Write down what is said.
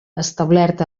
establert